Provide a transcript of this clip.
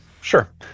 Sure